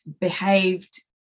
behaved